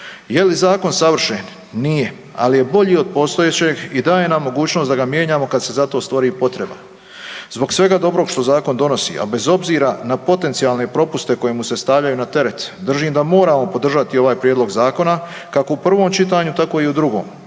Je li zakon savršen? Nije, ali je bolji od postojećeg i daje nam mogućnost da ga mijenjamo kad se za to stvori potreba. Zbog svega dobrog što Zakon donosi, a bez obzira na potencijalne propuste koji mu se stavljaju na teret, držim da moramo podržati ovaj prijedlog Zakona, kako u prvom čitanju, tako i u drugom